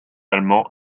allemand